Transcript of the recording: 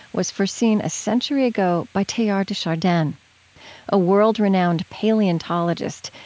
was foreseen a century ago by teilhard de chardin a world-renowned paleontologist,